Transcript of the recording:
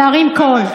להרים קול.